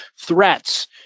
threats